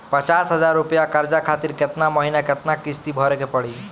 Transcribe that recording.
पचास हज़ार रुपया कर्जा खातिर केतना महीना केतना किश्ती भरे के पड़ी?